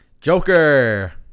Joker